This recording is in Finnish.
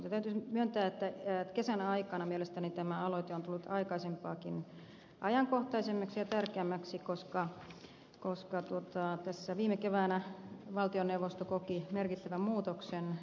täytyy myöntää että kesän aikana mielestäni tämä aloite on tullut aikaisempaakin ajankohtaisemmaksi ja tärkeämmäksi koska tässä viime keväänä valtioneuvosto koki merkittävän muutoksen